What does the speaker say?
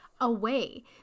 away